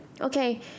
okay